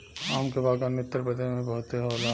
आम के बागवानी उत्तरप्रदेश में बहुते होला